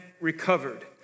recovered